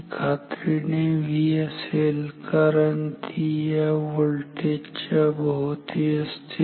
तर ती खात्रीने V असेल कारण ती या व्होल्टेज च्या भोवती असते